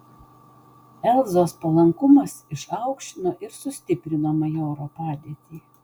elzos palankumas išaukštino ir sustiprino majoro padėtį